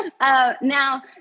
Now